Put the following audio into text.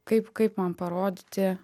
kaip kaip man parodyti